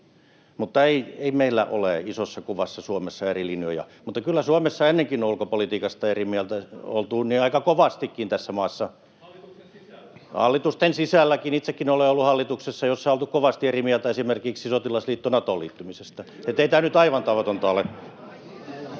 Ei meillä ole isossa kuvassa Suomessa eri linjoja. Mutta kyllä Suomessa ennenkin on ulkopolitiikasta eri mieltä oltu, aika kovastikin tässä maassa. [Timo Harakka: Hallitusten sisällä!] — Hallitusten sisälläkin. Itsekin olen ollut hallituksessa, jossa on oltu kovasti eri mieltä esimerkiksi sotilasliitto Natoon liittymisestä. Että ei tämä nyt aivan tavatonta ole.